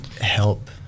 help